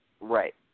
Right